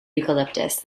eucalyptus